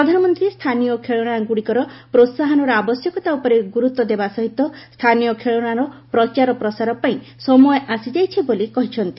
ପ୍ରଧାନମନ୍ତ୍ରୀ ସ୍ଥାନୀୟ ଖେଳନାଗୁଡ଼ିକର ପ୍ରୋସାହନର ଆବଶ୍ୟକତା ଉପରେ ଗୁରୁତ୍ୱ ଦେବାସହିତ ସ୍ଥାନୀୟ ଖେଳନାର ପ୍ରଚାର ପ୍ରସାର ପାଇଁ ସମୟ ଆସିଯାଇଛି ବୋଲି କହିଛନ୍ତି